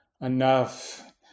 enough